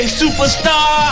superstar